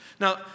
Now